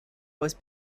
was